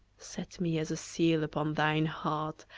set me as a seal upon thine heart,